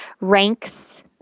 ranks